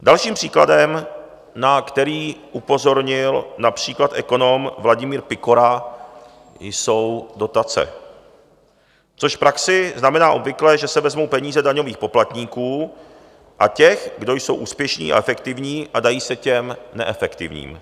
Dalším příkladem, na který upozornil například ekonom Vladimír Pikora, jsou dotace, což v praxi znamená obvykle, že se vezmou peníze daňových poplatníků a těch, kdo jsou úspěšní a efektivní, a dají se těm neefektivním.